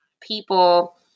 People